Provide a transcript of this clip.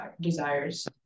desires